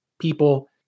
people